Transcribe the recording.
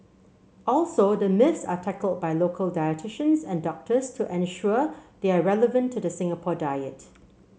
also the myths are tackled by local dietitians and doctors to ensure they are relevant to the Singapore diet